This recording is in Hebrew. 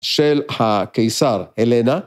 של הקיסר, אלנה.